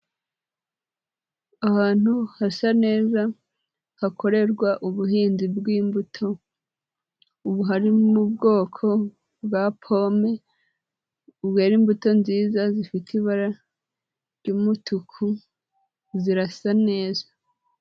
Ahantu hasa neza hakorerwa ubuhinzi bw'imbuto, ubuhari ni ubwoko bwa pome bwera imbuto nziza zifite ibara ry'umutuku zirasa neza.